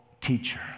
teacher